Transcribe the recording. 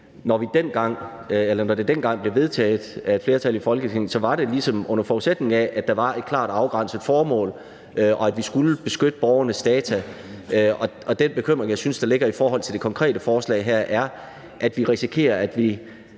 når det dengang blev vedtaget af et flertal i Folketinget, var det ligesom under forudsætning af, at der var et klart afgrænset formål, og at vi skulle beskytte borgernes data. Den bekymring, jeg synes der ligger i forhold til det konkrete forslag her, er, at vi risikerer, at vi